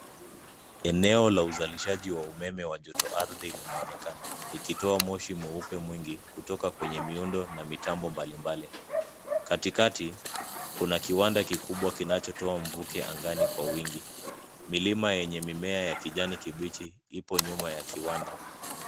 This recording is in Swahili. Eneo la uzalishaji wa umeme wa joto ardhi linaonekana likitoa moshi mweupe mwingi kutoka kwenye miundo na mitambo mbalimbali. Katikati kuna kiwanda kikubwa kinachotoa mvuke angani kwa wingi. Milima yenye mimea ya kijani kibichi ipo nyuma ya kiwanda.